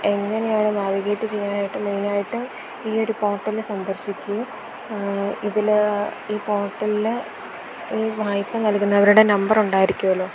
എങ്ങനെയാണ് നാവിഗേറ്റ് ചെയ്യാനായിട്ട് മെയ്നായിട്ട് ഈയൊരു പോർട്ടല് സന്ദർശിക്കുകയും ഇതില് ഈ പോർട്ടലിൽ ഈ വായ്പ നൽകുന്നവരുടെ നമ്പര് ഉണ്ടായിരിക്കുമല്ലോ